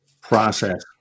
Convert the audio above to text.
process